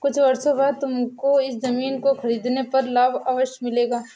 कुछ वर्षों बाद तुमको इस ज़मीन को खरीदने पर लाभ अवश्य मिलेगा